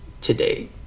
Today